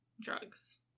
drugs